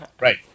right